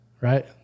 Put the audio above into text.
right